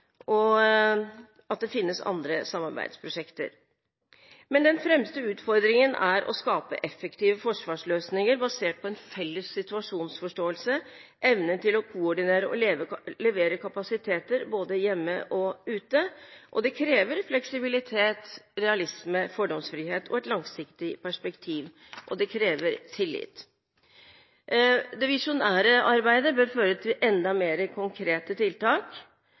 og at det finnes andre samarbeidsprosjekter. Men den fremste utfordringen er å skape effektive forsvarsløsninger basert på en felles situasjonsforståelse og evnen til å koordinere og levere kapasiteter både hjemme og ute. Det krever fleksibilitet, realisme, fordomsfrihet og et langsiktig perspektiv, og det krever tillit. Det visjonære arbeidet bør føre til enda mer konkrete tiltak